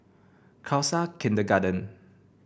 Khalsa Kindergarten